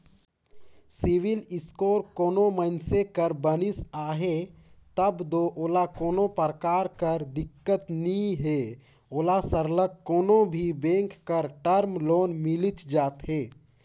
CIBIL score कोनो मइनसे कर बनिस अहे तब दो ओला कोनो परकार कर दिक्कत नी हे ओला सरलग कोनो भी बेंक कर टर्म लोन मिलिच जाथे